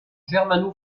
germano